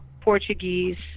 Portuguese